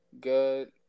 good